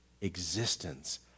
existence